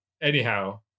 anyhow